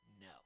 No